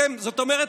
זאת אומרת,